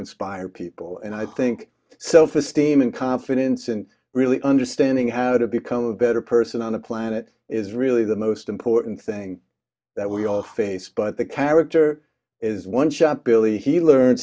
inspire people and i think so if esteem and confidence and really understanding how to become a better person on the planet is really the most important thing that we all face but the character is one shot billy he learns